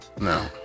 No